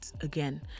again